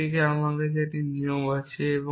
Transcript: এটি থেকে আমার কাছে একটি নিয়ম আছে